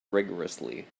rigourously